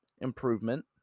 improvement